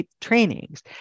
trainings